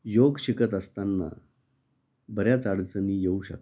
योग शिकत असतांना बऱ्याच अडचणी येऊ शकतात